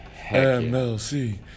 MLC